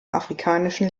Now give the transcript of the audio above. afrikanischen